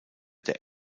der